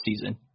season